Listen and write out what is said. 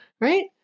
right